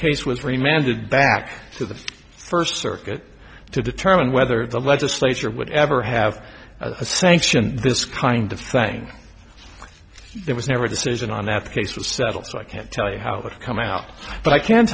case was reminded back to the first circuit to determine whether the legislature would ever have sanctioned this kind of thing there was never a decision on that the case was settled so i can't tell you how it would come out but i can